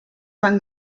van